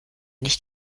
nicht